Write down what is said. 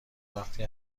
وقتی